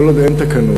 כל עוד אין תקנות,